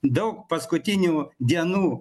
daug paskutinių dienų